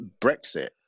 Brexit